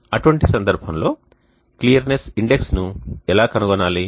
అటువంటి సందర్భంలో క్లియరెన్స్ ఇండెక్స్ను ఎలా కనుగొనాలి